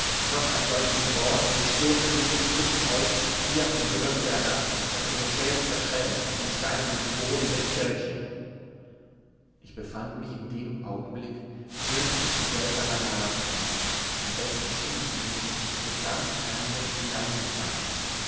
noch ein solches wort und ich stürze mich mit euch hier vom gerüste herab daß unsere schädel zerschellen auf dem steinernen boden der kirche ich befand mich in dem augenblick wirklich in seltsamer lage am besten schien es mir mit ganz fremden hineinzufahren